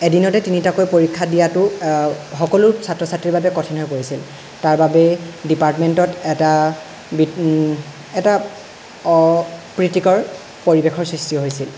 এদিনতে তিনিটাকৈ পৰীক্ষা দিয়াটো সকলো ছাত্ৰ ছাত্ৰীৰ বাবে কঠিন হৈ পৰিছিল তাৰ বাবে ডিপাৰ্টমেণ্টত এটা এটা অপ্ৰীতিকৰ পৰিৱেশৰ সৃষ্টি হৈছিল